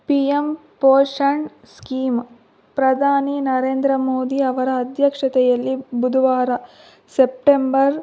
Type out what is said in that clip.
P M Poshan scheme ಪ್ರಧಾನಿ ನರೇಂದ್ರ ಮೋದಿ ಅವರ ಅಧ್ಯಕ್ಷತೆಯಲ್ಲಿ ಬುಧವಾರ ಸೆಪ್ಟೆಂಬರ್